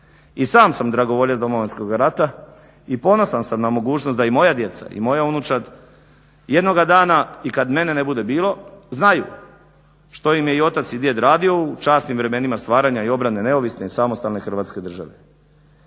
I sam sam dragovoljac Domovinskog rata i ponosan sam na mogućnost da i moja djeca i moja unučad jednoga dana i kad mene ne bude bilo znaju što im je i otac i djed radio u časnim vremenima stvaranja i obrane neovisne i samostalne Hrvatske države.